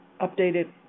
updated